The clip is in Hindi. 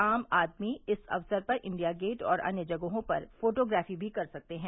आम आदमी इस अक्सर पर इंडिया गेट और अन्य जगहों पर फोटोग्राफी भी कर सकते हैं